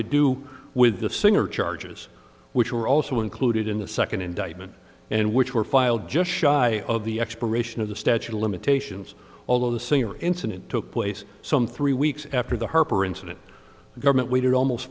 to do with the singer charges which were also included in the second indictment and which were filed just shy of the expiration of the statute of limitations although the singer incident took place some three weeks after the harper incident the government waited almost